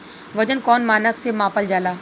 वजन कौन मानक से मापल जाला?